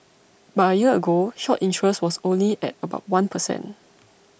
but a year ago short interest was only at about one per cent